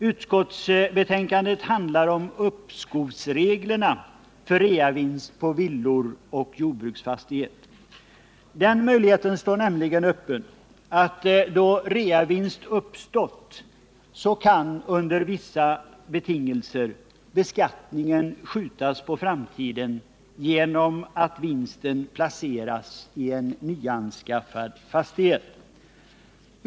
Utskottsbetänkandet handlar om uppskovsreglerna för reavinst på villor och jordbruksfastigheter. Då reavinst uppstått står nämligen möjligheten öppen att under vissa betingelser skjuta beskattningen på framtiden genom att vinsten placeras i en nyanskaffad fastighet.